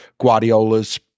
Guardiola's